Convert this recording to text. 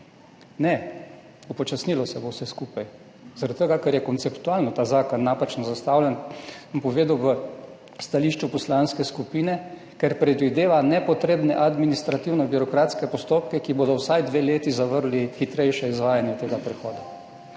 bo upočasnilo zaradi tega, ker je ta zakon konceptualno napačno zastavljen, sem vam povedal v stališču poslanske skupine, ker predvideva nepotrebne administrativne birokratske postopke, ki bodo vsaj dve leti zavrli hitrejše izvajanje tega prehoda.